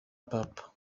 papa